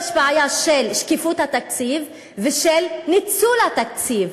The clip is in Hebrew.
יש בעיה של שקיפות התקציב ושל ניצול התקציב.